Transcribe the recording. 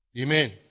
Amen